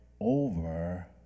over